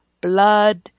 blood